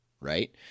right